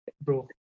Bro